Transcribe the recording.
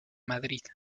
madrid